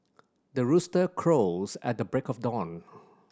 the rooster crows at the break of dawn